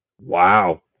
Wow